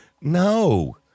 No